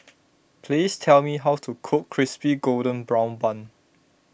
please tell me how to cook Crispy Golden Brown Bun